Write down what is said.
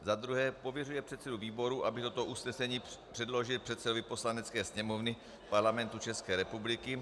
II. pověřuje předsedu výboru, aby toto usnesení předložil předsedovi Poslanecké sněmovny Parlamentu České republiky;